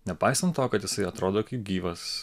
nepaisant to kad jisai atrodo kaip gyvas